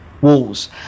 walls